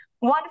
one